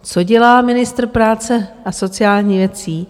Co dělá ministr práce a sociálních věcí?